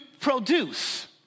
produce